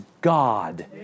God